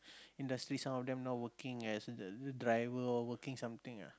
industry some of them now working as the driver or working something ah